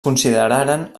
consideraren